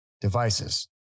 devices